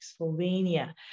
Slovenia